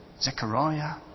Zechariah